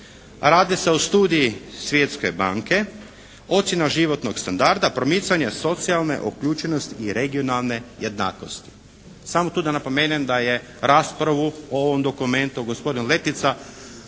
Radi se o studiji Svjetske banke “Ocjena životnog standarda, promicanje socijalne uključenosti i regionalne jednakosti.“ Samo tu da napomenem da je raspravu o ovom dokumentu gospodin Letica